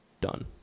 done